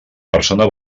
persona